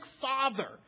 father